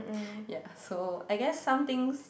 ya so I guess some things